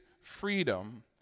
freedom